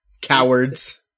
Cowards